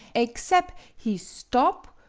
aexcep' he stop,